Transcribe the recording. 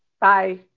Bye